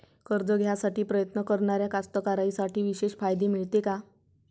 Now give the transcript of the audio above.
कर्ज घ्यासाठी प्रयत्न करणाऱ्या कास्तकाराइसाठी विशेष फायदे मिळते का?